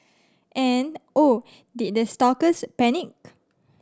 and oh did the stalkers panic